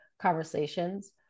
conversations